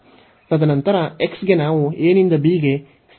ತದನಂತರ x ಗೆ ನಾವು a ನಿಂದ b ಗೆ ಸ್ಥಿರ ಮಿತಿಗಳನ್ನು ಹೊಂದಿದ್ದೇವೆ